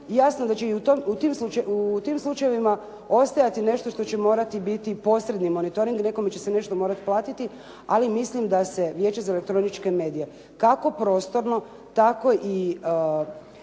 Jasno da će i u tim slučajevima ostajati nešto što će morati biti posredni monitoring i nekome će se nešto morati platiti, ali mislim da se Vijeće za elektroničke medije kako prostorno, tako i